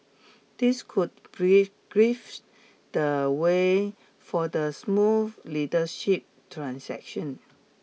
this could pave pave the way for the smooth leadership transaction